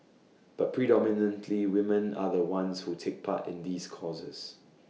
but predominantly woman are the ones who take part in these courses